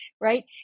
right